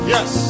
Yes